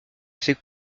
ces